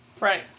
Right